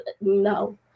No